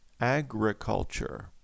agriculture